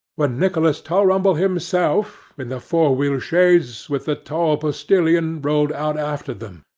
when nicholas tulrumble himself, in the four-wheel chaise, with the tall postilion, rolled out after them,